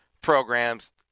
programs